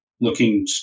looking